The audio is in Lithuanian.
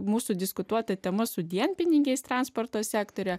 mūsų diskutuota tema su dienpinigiais transporto sektoriuje